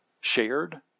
shared